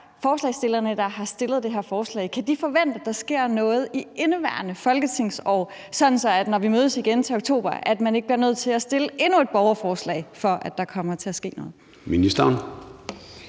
forslagsstillerne, der har stillet det her forslag, kan forvente, at der sker noget i indeværende folketingsår, sådan at man ikke, når vi mødes igen til oktober, bliver nødt til at stille endnu et borgerforslag, for at der kommer til at ske noget. Kl.